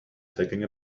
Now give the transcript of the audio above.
taking